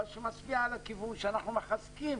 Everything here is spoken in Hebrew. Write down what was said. אבל שמצביעה על הכיוון שאנחנו מחזקים